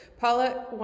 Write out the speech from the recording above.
Paula